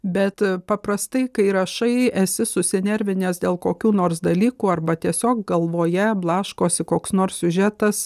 bet paprastai kai rašai esi susinervinęs dėl kokių nors dalykų arba tiesiog galvoje blaškosi koks nors siužetas